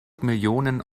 millionen